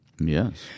Yes